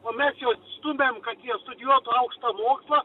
o mes juos stumiam kad jie studijuotų aukštą mokslą